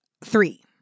three